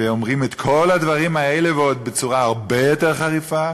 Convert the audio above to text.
שאומרים את כל הדברים האלה ועוד בצורה הרבה יותר חריפה,